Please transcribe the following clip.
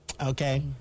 Okay